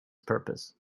purpose